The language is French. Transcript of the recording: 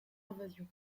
invasion